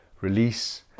release